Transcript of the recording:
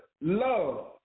love